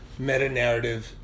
Meta-narrative